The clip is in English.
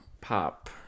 pop